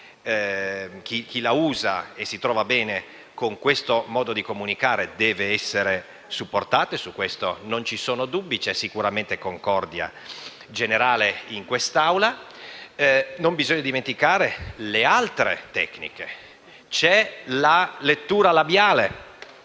Chi usa e si trova bene con questo modo di comunicare deve essere supportato, e su questo non ci sono dubbi, ma sicuramente c'è concordia generale in quest'Assemblea. Non bisogna però tralasciare le altre tecniche, tra cui la lettura labiale,